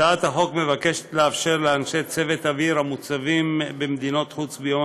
הצעת החוק מבקשת לאפשר לאנשי צוות אוויר המוצבים במדינת חוץ ביום